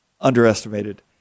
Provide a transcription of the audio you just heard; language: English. underestimated